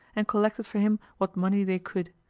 and collected for him what money they could,